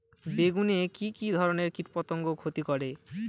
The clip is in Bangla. বেগুনে কি কী ধরনের কীটপতঙ্গ ক্ষতি করে?